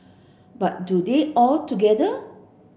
but do them all together